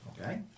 Okay